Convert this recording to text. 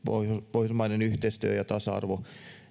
pohjoismainen yhteistyö ja tasa arvo